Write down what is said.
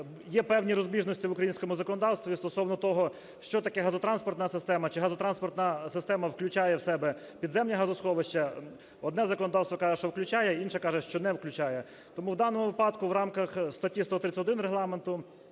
є певні розбіжності в українському законодавстві стосовно того, що таке газотранспортна система, чи газотранспортна система включає в себе підземні газосховища. Одне законодавство каже, що включає, а інше каже, що не включає. Тому в даному випадку в рамках статті 131 Регламенту